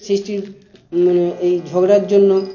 সিষ্টির মানে এই ঝগড়ার জন্য